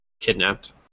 kidnapped